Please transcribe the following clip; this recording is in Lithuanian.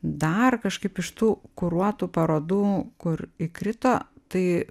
dar kažkaip iš tų kuruotų parodų kur įkrito tai